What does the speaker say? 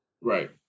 Right